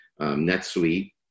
NetSuite